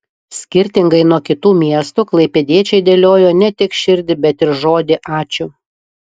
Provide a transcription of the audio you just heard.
skirtingai nuo kitų miestų klaipėdiečiai dėliojo ne tik širdį bet ir žodį ačiū